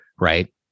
Right